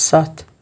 سَتھ